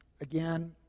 Again